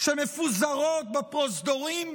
שמפוזרות בפרוזדורים,